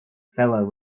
feller